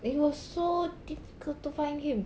it was so difficult to find him